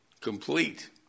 Complete